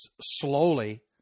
slowly